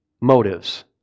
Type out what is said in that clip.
motives